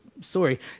story